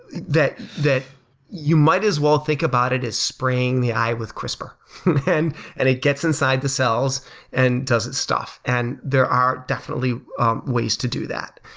that that you might as well think about it as spring the eye with crispr and and it gets inside the cells and does its stuff. and there are definitely ways to do that.